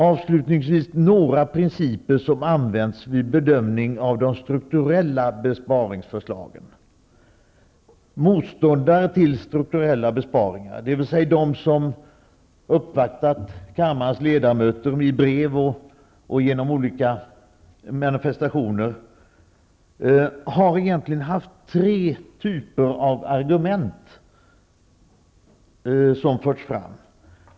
Avslutningsvis vill jag redovisa några av de principer som använts vid bedömningen av de strukturella besparingsförslagen. Motståndarna till strukturella besparingar, dvs. de som uppvaktat kammarens ledamöter i brev och genom olika manifestationer, har egentligen fört fram tre typer av argument.